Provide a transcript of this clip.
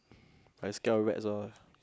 very scared of rats lor